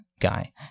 guy